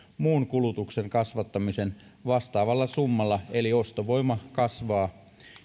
muun kulutuksen kasvattamisen vastaavalla summalla eli ostovoima kasvaa